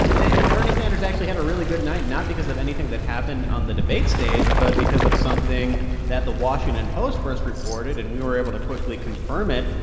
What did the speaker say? and bernie sanders actually had a really good night, not because of anything that happened on the debate stage but because of something that the washington post first reported. and we were able to quickly confirm it.